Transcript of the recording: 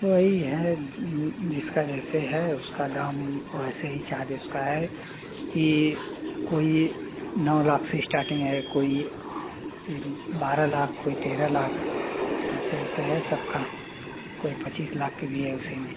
वही है जिसका जैसे है उसका दाम वैसे ही शायद इसका है कि कोई नौ लाख से स्टार्टिंग है कोई एक बारह लाख कोई तेरह लाख ऐसे ऐसे है सब का कोई पच्चीस लाख की भी है उसी में